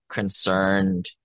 concerned